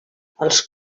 els